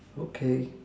okay